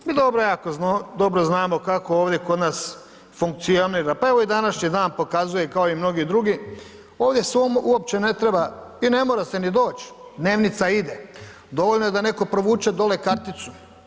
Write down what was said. Mi dobro, jako dobro znamo kako ovdje kod nas funkcionira, pa evo i današnji dan pokazuje kao i mnogi drugi, ovdje se uopće ne treba i ne mora se ni doć, dnevnica ide, dovoljno je da netko provuče dole karticu.